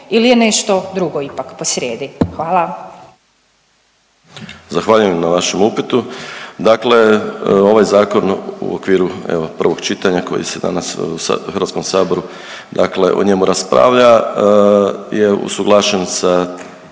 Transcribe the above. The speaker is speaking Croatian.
ili je nešto drugo ipak posrijedi. Hvala. **Majdak, Tugomir** Zahvaljujem na vašem upitu. Dakle, ovaj zakon u okviru evo prvog čitanja koji se danas u Hrvatskom saboru dakle o njemu raspravlja je usuglašen sa